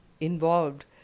involved